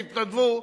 שהתנדבו,